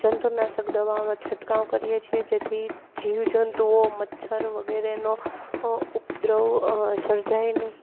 જંતુનાશક દવાઓનો છંટકાવ કરીએ છીએ જેથી જીવજંતુઓ મચ્છર વગેરેનો ઉપદ્રવ સર્જાય નહીં